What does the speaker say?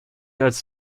als